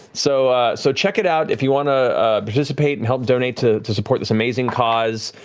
so so check it out if you want to participate and help donate to to support this amazing cause.